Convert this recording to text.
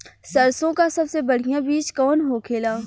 सरसों का सबसे बढ़ियां बीज कवन होखेला?